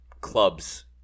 Club's